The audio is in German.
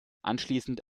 anschließend